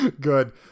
Good